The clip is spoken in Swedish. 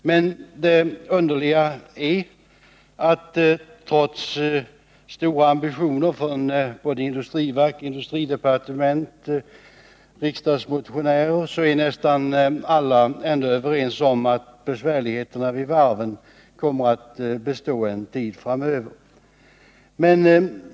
Men det underliga är att trots stora ambitioner från både industriverk, industridepartement och riksdagsmotionärer är nästan alla ändå överens om att besvärligheterna vid varven kommer att bestå en tid framöver.